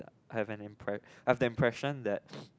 I have an impre~ I have the impression that